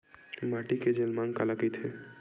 माटी के जलमांग काला कइथे?